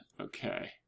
Okay